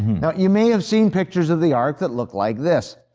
you may have seen pictures of the ark that look like this.